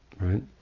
Right